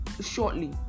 shortly